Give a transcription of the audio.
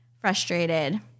frustrated